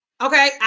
Okay